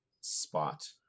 spot